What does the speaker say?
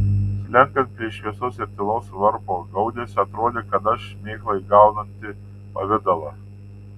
slenkant prie šviesos ir tylaus varpo gaudesio atrodė kad aš šmėkla įgaunanti pavidalą